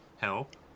help